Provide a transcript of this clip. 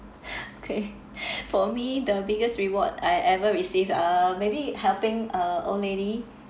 okay for me the biggest reward I ever received uh maybe helping uh old lady